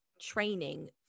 training